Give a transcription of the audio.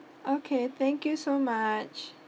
okay thank you so much